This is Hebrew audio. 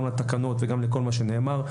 גם לתקנות וגם לכל מה שנאמר.